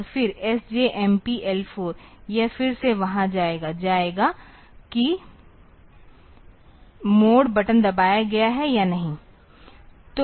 और फिर SJMP L4 यह फिर से वहां जाएगा जांचेगा कि मोड बटन दबाया गया है या नहीं